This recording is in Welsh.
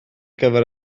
gyfer